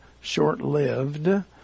short-lived